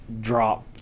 drop